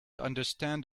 understand